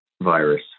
virus